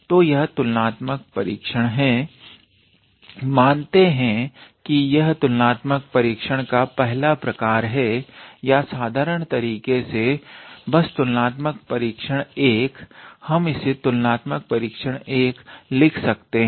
तो यह तुलनात्मक परीक्षण है मानते हैं कि यह तुलनात्मक परीक्षण का पहला प्रकार है या साधारण तरीके से बस तुलनात्मक परीक्षण 1 हम इसे तुलनात्मक परीक्षण 1 लिख सकते हैं